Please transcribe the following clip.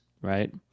right